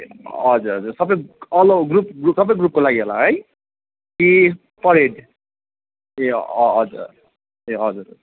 हजुर हजुर सबै अल अफ् ग्रुप सबै सबै ग्रुपको लागि होला है कि पर हेड ए ह हजुर ए हजुर